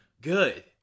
good